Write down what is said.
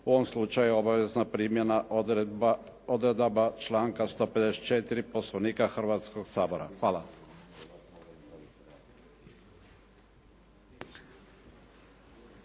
u ovom slučaju obavezna primjena odredaba članka 154. Poslovnika Hrvatskog sabora. Hvala.